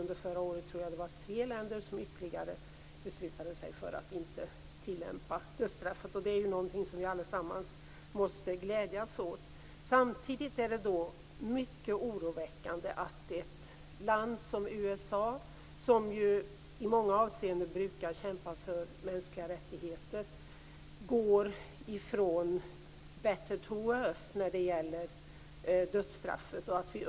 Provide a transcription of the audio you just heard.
Under förra året beslutade sig ytterligare tre länder, tror jag, för att inte tillämpa dödsstraffet, och det är ju någonting som vi allesammans måste glädjas åt. Samtidigt är det mycket oroväckande att ett land som USA, som ju i många avseenden brukar kämpa för mänskliga rättigheter, går från better to worse när det gäller dödsstraffet.